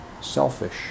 Selfish